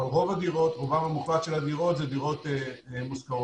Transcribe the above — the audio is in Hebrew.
אבל הרוב המוחלט של הדירות הן דירות מושכרות.